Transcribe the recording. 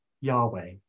Yahweh